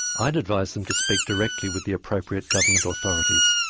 i'd advise them to speak directly with the appropriate government authorities.